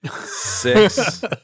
six